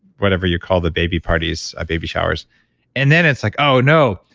whatever you call the baby parties, baby showers and then, it's like, oh, no.